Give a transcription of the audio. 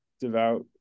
devout